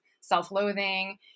self-loathing